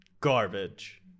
garbage